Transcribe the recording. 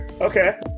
Okay